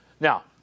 Now